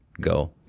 go